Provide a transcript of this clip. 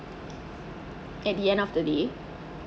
at the end of the day